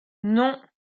non